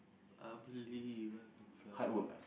I believe I can fly